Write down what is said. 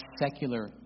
secular